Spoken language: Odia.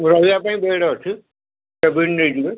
ରହିବାପାଇଁ ବେଡ଼୍ ଅଛି କେବିନ୍ ନେଇଯିବେ